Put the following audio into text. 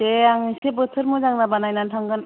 दे आं एसे बोथोर मोजां जाबा नायनानै थांगोन